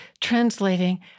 translating